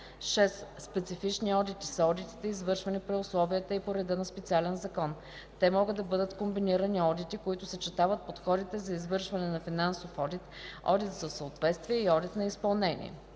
6. „Специфични одити” са одитите, извършвани при условията и по реда на специален закон. Те могат да бъдат комбинирани одити, които съчетават подходите за извършване на финансов одит, одит за съответствие и одит на изпълнение.